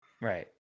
Right